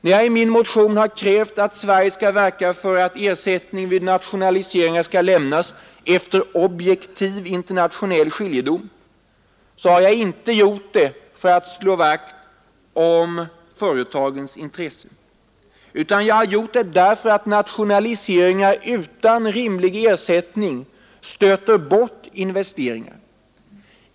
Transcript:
När jag i min motion har krävt att Sverige skall verka för att ersättning vid nationaliseringar skall lämnas efter objektiv internationell skiljedom, så har jag inte gjort det för att slå vakt om företagens intressen, utan jag har gjort det därför att nationaliseringar utan rimlig ersättning stöter bort investeringar.